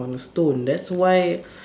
on stone that's why